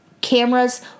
cameras